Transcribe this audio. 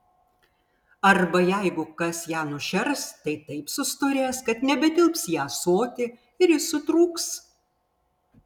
arba jeigu kas ją nušers tai taip sustorės kad nebetilps į ąsotį ir jis sutrūks